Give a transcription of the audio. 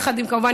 כמובן,